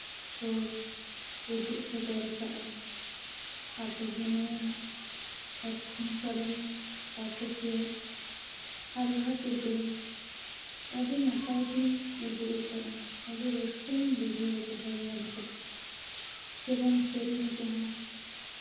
ᱠᱚ ᱩᱫᱩᱜ ᱥᱚᱫᱚᱨ ᱟᱠᱟᱜᱼᱟ ᱯᱟᱴᱷᱚᱠ ᱢᱮᱱᱟᱭᱟ ᱞᱚᱠᱠᱷᱚᱱ ᱥᱚᱨᱮᱱ ᱯᱟᱴᱷᱚᱠᱤᱭᱟᱹ ᱟᱦᱞᱟ ᱴᱩᱰᱩ ᱟᱹᱰᱤ ᱱᱟᱯᱟᱭ ᱠᱤᱱ ᱩᱫᱩᱜ ᱟᱠᱟᱫᱟ ᱟᱹᱰᱤ ᱨᱟᱹᱥᱠᱟᱹᱧ ᱵᱩᱡᱷᱟᱹᱣ ᱟᱠᱟᱫᱟ ᱧᱮᱞ ᱠᱟᱛᱮᱫ ᱡᱮᱢᱚᱱ ᱥᱮᱨᱮᱧ ᱠᱚᱦᱚᱸ